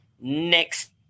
next